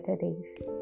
days